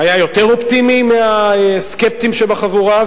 היה אופטימי יותר מהסקפטים שבחבורה,